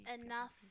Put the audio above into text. enough